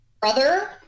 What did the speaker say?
brother